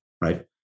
right